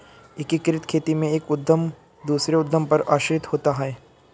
एकीकृत खेती में एक उद्धम दूसरे उद्धम पर आश्रित होता है